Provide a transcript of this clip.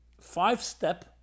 Five-step